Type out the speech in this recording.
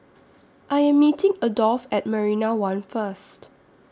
I Am meeting Adolf At Marina one First